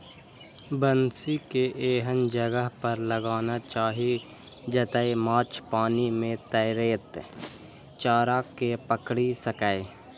बंसी कें एहन जगह पर लगाना चाही, जतय माछ पानि मे तैरैत चारा कें पकड़ि सकय